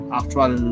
actual